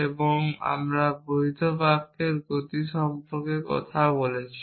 এবং আমরা বৈধ বাক্যের গতি সম্পর্কে কথা বলেছি